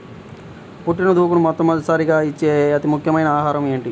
పుట్టిన దూడకు మొట్టమొదటిసారిగా ఇచ్చే అతి ముఖ్యమైన ఆహారము ఏంటి?